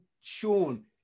Sean